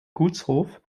gutshof